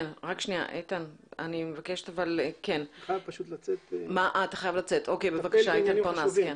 אני פשוט חייב לצאת, אני מטפל בעניינים חשובים.